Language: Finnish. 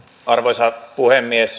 arvoisa puhemies